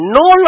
no